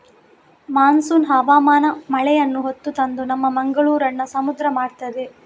monsoon ಹವಾಮಾನ ಮಳೆಯನ್ನ ಹೊತ್ತು ತಂದು ನಮ್ಮ ಮಂಗಳೂರನ್ನ ಸಮುದ್ರ ಮಾಡ್ತದೆ